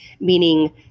meaning